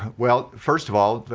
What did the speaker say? well, first of all,